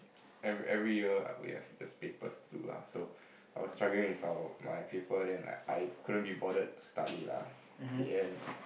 every every year we have these papers to do lah so I was struggling with our my paper then I couldn't be bothered to study lah in the end